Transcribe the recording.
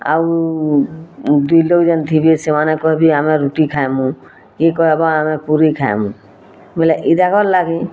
ଆଉ ଦୁଇଲୋଗ୍ ଯେନ୍ ଥିବେ ସେମାନେ କହିବି ଆମେ ରୁଟି ଖାଏମୁ କିଏ କହିବ ଆମେ ପୁରୀ ଖାଏମୁ ବଁଲେ ଇତାକର୍ ଲାଗି